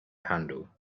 handel